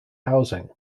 housing